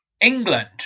England